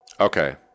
okay